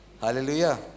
Hallelujah